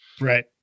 Right